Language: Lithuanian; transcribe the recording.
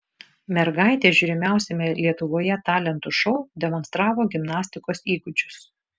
mergaitė žiūrimiausiame lietuvoje talentų šou demonstravo gimnastikos įgūdžius